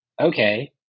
okay